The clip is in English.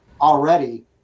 already